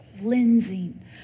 cleansing